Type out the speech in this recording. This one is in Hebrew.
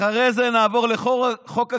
אחרי זה נעבור לחוק הגיור.